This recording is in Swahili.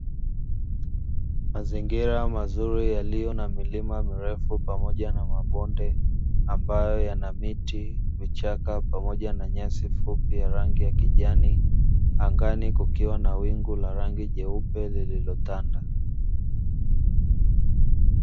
Mazingira mazuri yaliyo na milima mirefu pamoja na mabonde ambayo yana miti, vichaka pamoja na nyasi fupi za rangi ya kijani, angani kukiwa na wingu la rangi jeupe lililotanda.